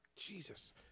Jesus